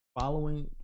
following